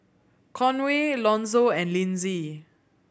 Conway Lonzo and Lynsey